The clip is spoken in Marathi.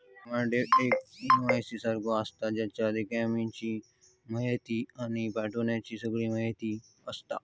डिमांड ड्राफ्ट एक इन्वोईस सारखो आसता, जेच्यात रकमेची म्हायती आणि पाठवण्याची सगळी म्हायती आसता